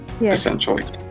essentially